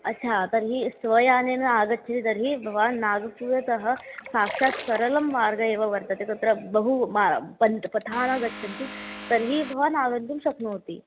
अच्छा तर्हि स्वयानेन आगच्छति तर्हि भवान् नागपुरतः साक्षात् सरलः मार्गः एव वर्तते तत्र बहू मा पन्त् पथाणा गच्छन्ति तर्हि भवानागन्तुं शक्नोति